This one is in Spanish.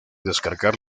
descargar